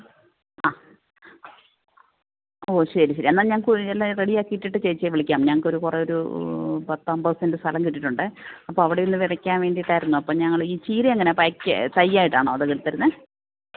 ആ ഓ ശരി ശരി എന്നാൽ ഞാൻ കുഴി എല്ലാം റെഡിയാക്കിയിട്ടിട്ട് ചേച്ചിയെ വിളിക്കാം ഞങ്ങൾക്ക് കുറെ ഒരു പത്തമ്പത് സെൻ്റ് സ്ഥലം കിട്ടിയിട്ടുണ്ട് അപ്പോൾ അവിടെയൊന്ന് വിതയ്ക്കാൻ വേണ്ടിയിട്ടായിരുന്നു അപ്പോൾ ഞങ്ങള് ഈ ചീര എങ്ങനെ പായ്ക്ക് തയ്യായിട്ടാണോ അവിടുന്ന് തരുന്നത്